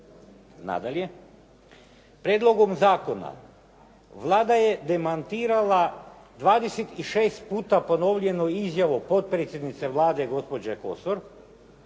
Nadalje, prijedlogom zakona Vlada je demantirala 26 puta ponovljenu izjavu potpredsjednice Vlade gospođe Kosor